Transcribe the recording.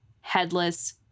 headless